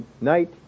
night